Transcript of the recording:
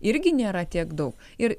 irgi nėra tiek daug ir